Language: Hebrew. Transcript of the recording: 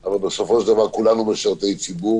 אבל בסופו של דבר כולנו משרתי ציבור,